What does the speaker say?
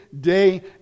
day